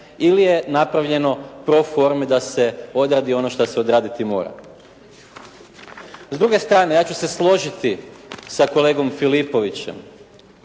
ili je napravljeno pro forme da se odradi ono što se odraditi mora. S druge strane, ja ću se složiti sa kolegom Filipovićem